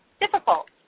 difficult